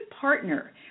partner